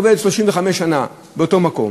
עובדת 35 שנה באותו מקום,